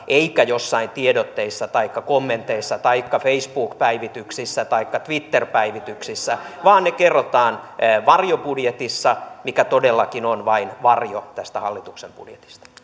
eikä joissain tiedotteissa taikka kommenteissa taikka facebook päivityksissä taikka twitter päivityksissä vaan ne kerrotaan varjobudjetissa mikä todellakin on vain varjo tästä hallituksen budjetista